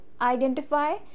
identify